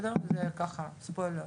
זה ככה ספוילר.